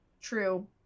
True